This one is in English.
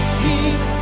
keep